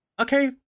okay